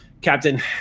Captain